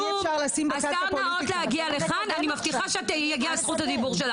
אני זועק זעקה את מביא לי פוליטיקה?